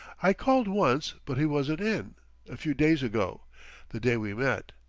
i called once, but he wasn't in a few days ago the day we met.